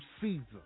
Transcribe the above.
season